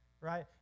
right